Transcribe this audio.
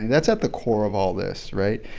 that's at the core of all this. right?